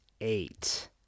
eight